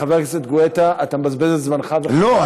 חבר הכנסת גואטה, אתה מבזבז את זמנך, לא.